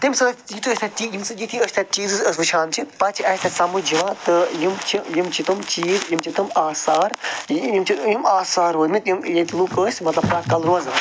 تَمہِ سۭتۍ یُتھُے أسۍ تَتہِ چہِ ییٚمہِ سۭتۍ یُتھُے أسۍ تَتہِ چیٖزَس أسۍ وٕچھان چھِ پَتہٕ چھِ اَسہِ تہِ سَمجھ یِوان تہٕ یِم چھِ یِم چھِ تِم چیٖز یِم چھِ تِم آثار یِم چھِ یِم آثار روٗدۍمٕتۍ یِم ییٚتہِ لُکھ ٲسۍ مطلب کالہٕ روزان